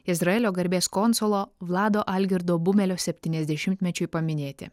izraelio garbės konsulo vlado algirdo bumelio septyniasdešimtmečiui paminėti